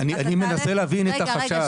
אני מנסה להבין את החשב.